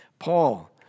Paul